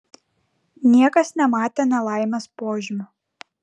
niekas nematė nelaimės požymių